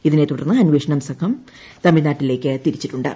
ഇതിനെ തുടർന്ന് അന്വേഷണം സംഘം തമിഴ്നാട്ടിലേക്ക് തിരിച്ചിട്ടുണ്ട്